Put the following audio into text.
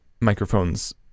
Microphones